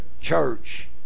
church